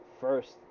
first